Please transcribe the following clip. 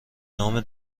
نام